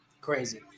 Crazy